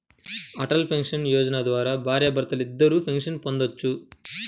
Atal pension Yojana ద్వారా భార్యాభర్తలిద్దరూ pension పొందొచ్చు